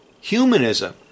humanism